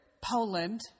Poland